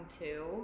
two